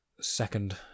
second